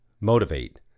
motivate